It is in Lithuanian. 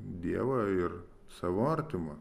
dievą ir savo artimą